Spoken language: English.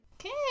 Okay